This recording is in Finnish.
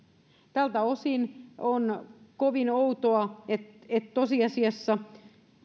tältä osin on kovin outoa että tosiasiassa